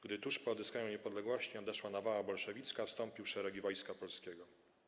Gdy tuż po odzyskaniu niepodległości nadeszła nawała bolszewicka, wstąpił w szeregi Wojska Polskiego.